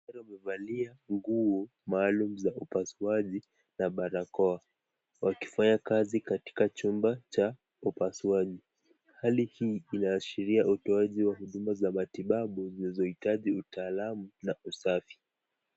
Daktari amevalia nguo maalum za upasuaji na barakoa akifanya kazi katika chumba cha upasuaji. Hali hii inaashiria utoaji wa huduma za matibabu zinazohitaji utaalamu na usafi.